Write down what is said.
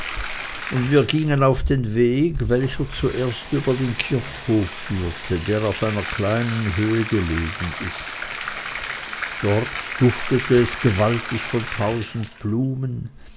und wir gingen auf den weg welcher zuerst über den kirchhof führte der auf einer kleinen höhe gelegen ist dort duftete es gewaltig von tausend blumen